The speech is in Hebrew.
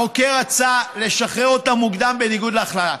החוקר רצה לשחרר אותם מוקדם, בניגוד להחלטה.